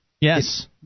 Yes